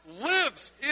lives